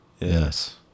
Yes